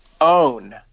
own